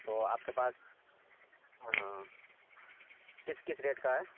تو آپ کے پاس ہاں کس کس ریٹ کا ہے